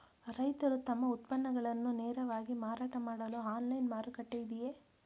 ರೈತರು ತಮ್ಮ ಉತ್ಪನ್ನಗಳನ್ನು ನೇರವಾಗಿ ಮಾರಾಟ ಮಾಡಲು ಆನ್ಲೈನ್ ಮಾರುಕಟ್ಟೆ ಇದೆಯೇ?